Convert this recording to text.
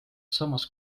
samas